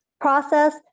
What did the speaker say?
process